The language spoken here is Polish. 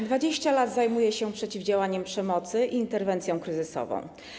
Od 20 lat zajmuję się przeciwdziałaniem przemocy i interwencją kryzysową.